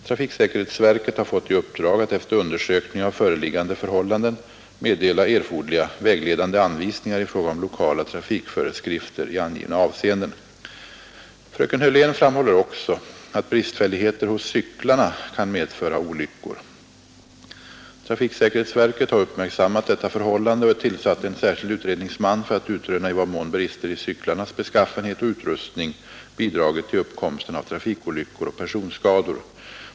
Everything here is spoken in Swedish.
Trafiksäkerhetsverket har fått i uppdrag att efter undersökning av föreliggande förhållanden meddela erforderliga vägledande anvisningar i fråga om lokala trafikföreskrifter i angivna avseenden. Fröken Hörlén framhåller också att bristfälligheter hos cyklarna kan medföra olyckor. Trafiksäkerhetsverket har uppmärksammat detta förhållande och tillsatt en särskild utredningsman för att utröna i vad mån brister i cyklarnas beskaffenhet och utrustning bidragit till uppkomsten av trafikolyckor och personskador.